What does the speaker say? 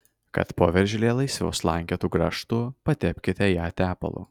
kad poveržlė laisviau slankiotų grąžtu patepkite ją tepalu